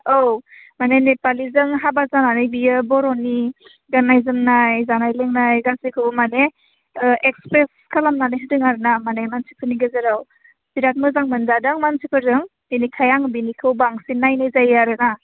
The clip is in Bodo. औ माने नेपालिजों हाबा जानानै बियो बर'नि गान्नाय जोमनाय जानाय लोंनाय गासिखौबो माने एक्सप्रेस खालामनानै होदों आरो ना माने मानसिफोरनि गेजेराव बिराद मोजां मोनजादों मानसिफोरजों बेनिखाय आं बेनिखौ बांसिन नायनाय जायो आरो ना